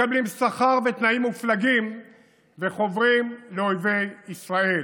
מקבלים שכר ותנאים מופלגים וחוברים לאויבי ישראל.